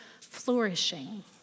flourishing